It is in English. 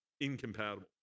incompatible